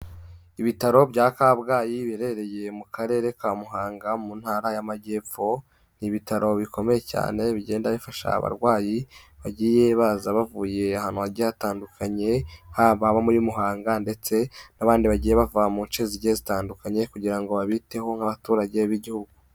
Ibitaro bya Kabgayi biherereye mu karere ka Muhanga, mu ntara y'Amajyepfo, ni ibitaro bikomeye cyane bigenda bifasha abarwayi bagiye baza bavuye ahantu hagiye hatandukanye, haba abo muri Muhanga, ndetse n'abandi bagiye bava mu nce zigiye zitandukanye kugira ngo babiteho nk'abaturage b'igihugu.